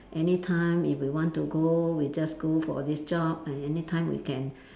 any time if we want to go we just go for this job at any time we can